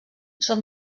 són